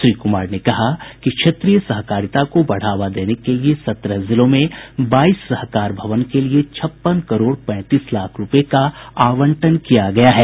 श्री कुमार ने कहा कि क्षेत्रीय सहकारिता को बढ़ावा देने के लिये सत्रह जिलों में बाईस सहकार भवन के लिये छप्पन करोड़ पैंतीस लाख रूपये का आवंटन किया गया है